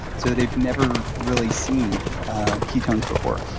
so they've never really seen ketones before.